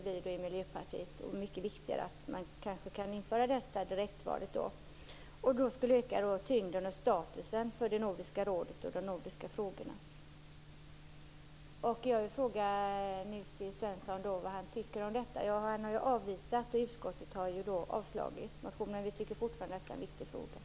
Därför är det ännu viktigare med direktval. Det skulle öka tyngden och statusen för Nordiska rådet och de nordiska frågorna. Jag vill fråga Nils T Svensson vad han anser om detta. Han har ju avvisat tanken och utskottet har avstyrkt det förslaget, men vi tycker fortfarande att detta är en viktig fråga.